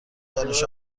دانش